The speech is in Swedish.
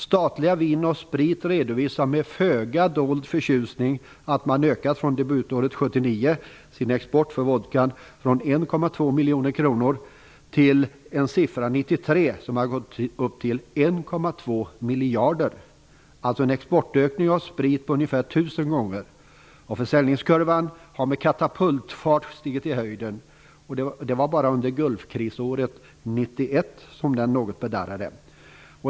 Statliga Vin & Sprit redovisar med föga dold förtjusning att man från debutåret 1979 har ökat sin export av vodka från 1,2 miljoner kronor till en siffra 1993 som uppgår till 1,2 miljarder - alltså en exportökning av sprit med ungefär tusen gånger. Försäljningskurvan när det gäller sprit har stigit i höjden med katapultfart. Det var bara under Gulfkrigsåret 1991 som den siffran något bedarrade.